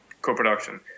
co-production